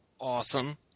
Awesome